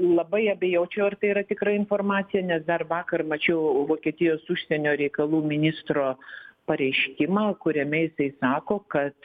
labai abejočiau ar tai yra tikra informacija nes dar vakar mačiau vokietijos užsienio reikalų ministro pareiškimą kuriame jisai sako kad